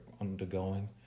undergoing